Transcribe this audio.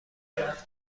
کارت